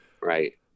right